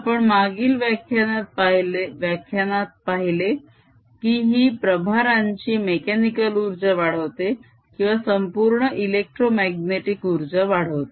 आपण मागिल व्याख्यानात पाहिले की ही प्रभारांची मेक्यानिकल उर्जा वाढवते किंवा संपूर्ण इलेक्ट्रोमाग्नेटीक उर्जा वाढवते